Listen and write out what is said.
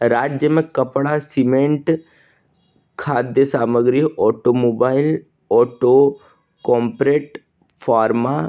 राज्य में कपड़ा सिमेंट खाद्य सामग्री ओटोमोबाइल ओटो कोम्प्रेट फ़ार्मा